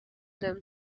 them